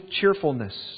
cheerfulness